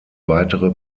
weitere